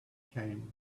came